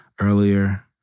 earlier